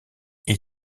est